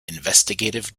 investigative